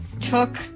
Took